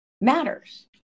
matters